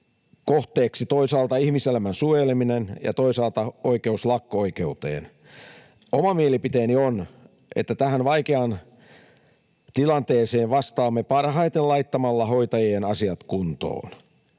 kohteeksi, toisaalta ihmiselämän suojeleminen ja toisaalta oikeus lakko-oikeuteen. Oma mielipiteeni on, että tähän vaikeaan tilanteeseen vastaamme parhaiten laittamalla hoitajien asiat kuntoon.